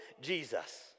Jesus